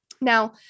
Now